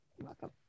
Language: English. welcome